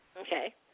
Okay